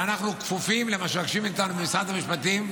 ואנחנו כפופים למה שמבקשים מאיתנו במשרד המשפטים.